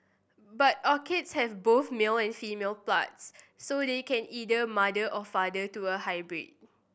but orchids have both male and female parts so they can either mother or father to a hybrid